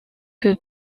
que